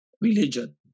religion